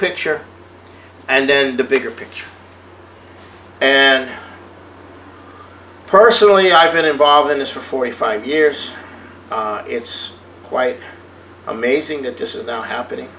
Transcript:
picture and the bigger picture and personally i've been involved in this for forty five years it's quite amazing that this is now happening